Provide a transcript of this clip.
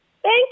Thank